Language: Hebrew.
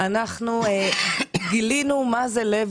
אנחנו גילינו מה זה לב